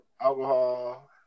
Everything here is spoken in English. Alcohol